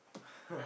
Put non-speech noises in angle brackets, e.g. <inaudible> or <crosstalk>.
<laughs>